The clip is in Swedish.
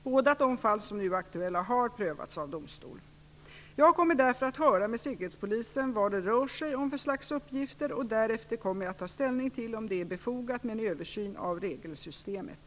Båda de fall som nu är aktuell har prövats av domstol. Jag kommer därför att höra med Säkerhetspolisen vad det rör sig om för slags uppgifter. Därefter kommer jag att ta ställning till om det är befogat med en översyn av regelsystemet.